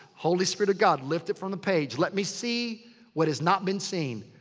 holy spirit of god, lift it from the page. let me see what has not been seen.